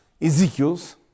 Ezekiel's